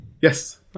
Yes